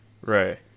Right